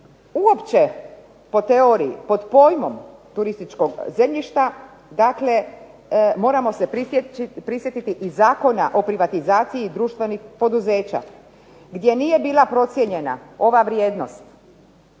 Uopće po teoriji pod pojmom turističkog zemljišta moramo se prisjetiti i Zakona o privatizaciji društvenih poduzeća, gdje nije bila procjena ova vrijednost,